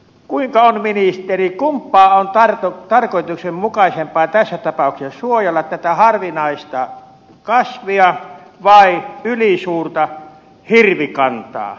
kuinka on ministeri kumpaa on tarkoituksenmukaisempaa tässä tapauksessa suojella tätä harvinaista kasvia vai ylisuurta hirvikantaa